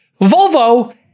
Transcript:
Volvo